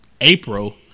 April